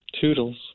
Toodles